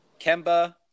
Kemba